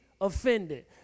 offended